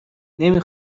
نمی